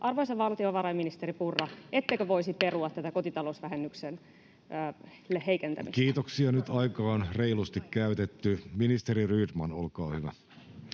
arvoisa valtiovarainministeri Purra, ettekö voisi perua tätä kotitalousvähennyksen heikentämistä? Kiitoksia, nyt aika on reilusti käytetty. — Ministeri Rydman, olkaa hyvä,